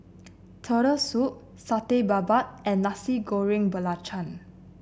Turtle Soup Satay Babat and Nasi Goreng Belacan